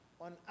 on